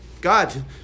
God